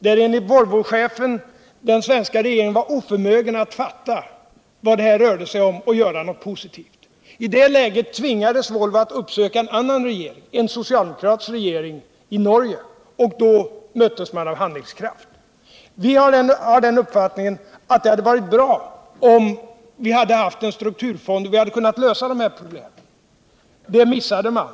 och enligt Volvochefen var den svenska regeringen oförmögen aut fatta vad det här rörde sig om och göra något positivt. I det läget tvingades Volvo att uppsöka en annan regering —-en socialdemokratisk regering i Norge. Då möttes man av handlingskraft. Vi har den uppfattningen att det hade varit bra om vi hade haft en strukturfond och kunnat lösa de här problemen. Det missade man.